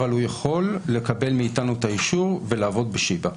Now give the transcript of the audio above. אבל הוא יכול לקבל מאיתנו את האישור ולעבוד בשיבא.